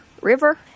river